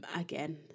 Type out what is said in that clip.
Again